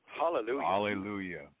Hallelujah